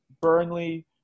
Burnley